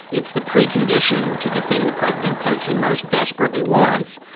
it's the precondition to the thing the president says he most desperately wants,